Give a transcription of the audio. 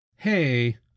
Hey